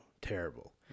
Terrible